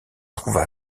trouva